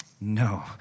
No